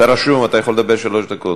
אתה רשום, אתה יכול לדבר שלוש דקות.